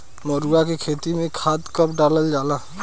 मरुआ के खेती में खाद कब डालल जाला?